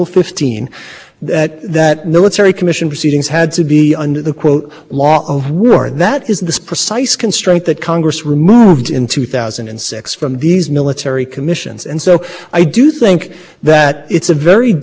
international law would fall within what the court expressed as the exception for military commissions when you look at human machine gun you look at kiran what i think you see is it is a in approach to international an approach to the question under article